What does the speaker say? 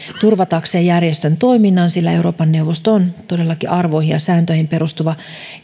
turvatakseen järjestön toiminnan sillä euroopan neuvosto on todellakin arvoihin ja sääntöihin perustuva